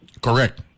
Correct